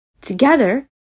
Together